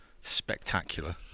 spectacular